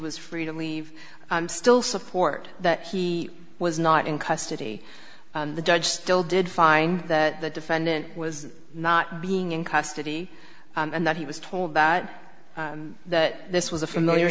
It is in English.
was free to leave and still support that he was not in custody the judge still did find that the defendant was not being in custody and that he was told that that this was a familiar